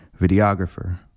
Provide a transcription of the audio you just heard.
videographer